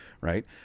Right